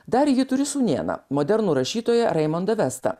dar ji turi sūnėną modernų rašytoją reimondą vestą